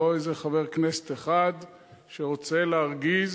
לא איזה חבר כנסת אחד שרוצה להרגיז,